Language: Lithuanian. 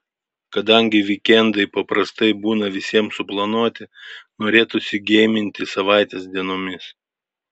kadangi vykendai paprastai būna visiems suplanuoti norėtųsi geiminti savaitės dienomis